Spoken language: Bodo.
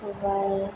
सबाय